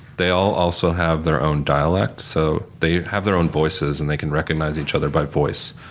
they all also have their own dialect, so they have their own voices and they can recognize each other by voice.